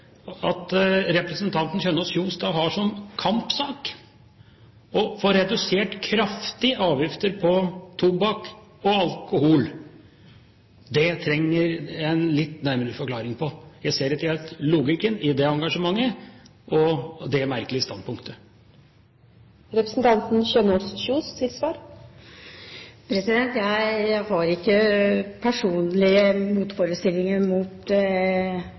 at representanten Kjønaas Kjos har som kampsak å få redusert avgiftene på tobakk og alkohol kraftig. Det trengs det en litt nærmere forklaring på. Jeg ser ikke helt logikken i det engasjementet og det merkelige standpunktet. Jeg har ikke personlige motforestillinger mot